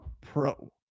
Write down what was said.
pro